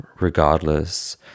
regardless